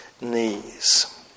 knees